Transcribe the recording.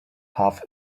half